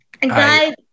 guys